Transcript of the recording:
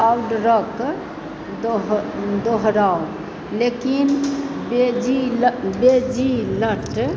ऑर्डरक दोहराउ लेकिन बेजिल बेजिलट